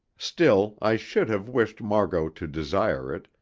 still, i should have wished margot to desire it,